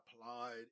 applied